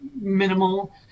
minimal